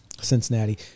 Cincinnati